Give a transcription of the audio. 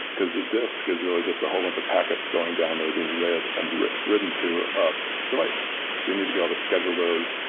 because a disc is really just a whole bunch of packets going down that are being read and written written to a device. you need to be able to schedule those.